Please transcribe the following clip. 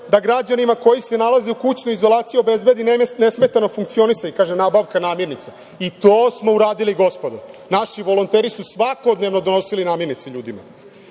da građanima koje se nalaze u kućnoj izolaciji obezbedi nesmetano funkcionisanje, kaže, nabavke namirnica, i to smo uradili, gospodo, naši volonteri su svakodnevno donosili namirnice ljudima.